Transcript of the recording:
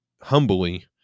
humbly